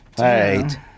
right